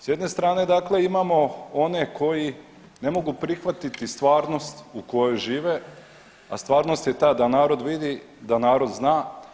S jedne strane dakle imamo one koji ne mogu prihvatiti stvarnost u kojoj žive, a stvarnost je ta da narod vidi, da narod zna.